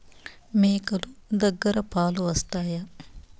మేక లు దగ్గర పాలు వస్తాయా?